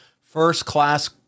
first-class